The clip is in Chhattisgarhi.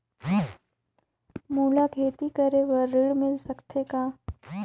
मोला खेती करे बार ऋण मिल सकथे कौन?